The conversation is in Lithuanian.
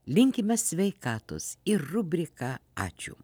linkime sveikatos ir rubrika ačiū